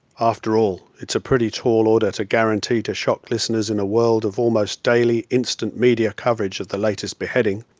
after all it's a pretty tall order to guarantee to shock listeners in a world of almost daily instant media coverage of the latest beheading.